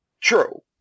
True